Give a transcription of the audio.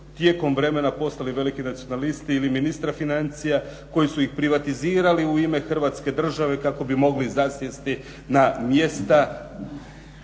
tijekom vremena postali veliki nacionalisti, ili ministra financija koji su ih privatizirali u ime Hrvatske države kako bi mogli zasjesti na mjesta